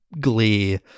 glee